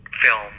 film